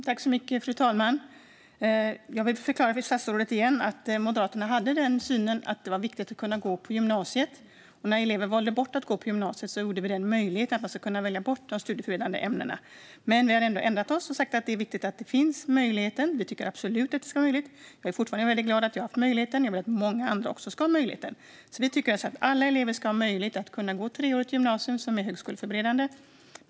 Fru talman! Jag vill återigen förklara för statsrådet att Moderaterna hade synen att det är viktigt att kunna gå på gymnasiet. När elever valde bort att gå på gymnasiet gjorde vi det möjligt att välja bort de studieförberedande ämnena. Men vi har ändrat oss och sagt att det är viktigt att möjligheten finns. Vi tycker absolut att det ska vara möjligt. Jag är fortfarande väldigt glad att jag har haft möjligheten, och jag vill att många andra också ska ha den. Vi tycker alltså att alla elever ska ha möjlighet att gå treårigt gymnasium som är högskoleförberedande.